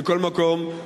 מכל מקום,